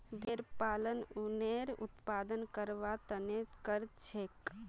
भेड़ पालन उनेर उत्पादन करवार तने करछेक